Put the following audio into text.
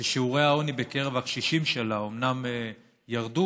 שיעורי העוני בקרב הקשישים שלה אומנם ירדו